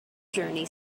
journey